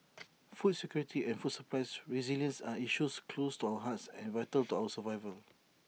food security and food supply's resilience are issues close to our hearts and vital to our survival